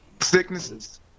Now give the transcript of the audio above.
Sicknesses